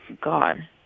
God